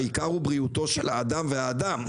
העיקר הוא בריאותו של האדם והאדם.